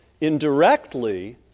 indirectly